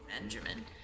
benjamin